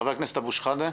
חבר הכנסת אבו שחאדה,